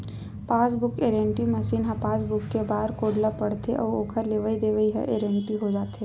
passbook entry machine ह passbook के barcode ल पड़थे अउ ओखर लेवई देवई ह इंटरी हो जाथे